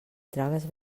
tragues